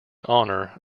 honor